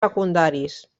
secundaris